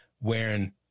wearing